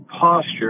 posture